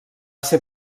ser